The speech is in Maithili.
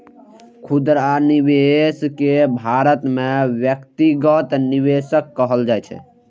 खुदरा निवेशक कें भारत मे व्यक्तिगत निवेशक कहल जाइ छै